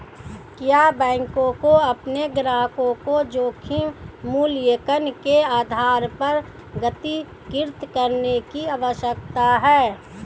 क्या बैंकों को अपने ग्राहकों को जोखिम मूल्यांकन के आधार पर वर्गीकृत करने की आवश्यकता है?